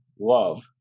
love